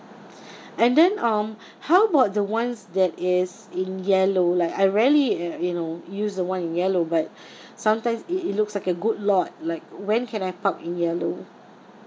and then um how about the ones that is in yellow like I rarely uh you know use the one in yellow but sometimes it it looks like a good lot like when can I park in yellow